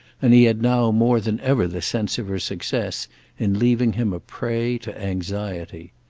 and he had now more than ever the sense of her success in leaving him a prey to anxiety.